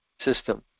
system